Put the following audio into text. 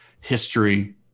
history